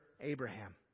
Abraham